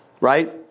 Right